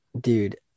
dude